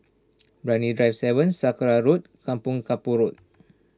Brani Drive seven Sakra Road Kampong Kapor Road